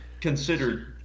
considered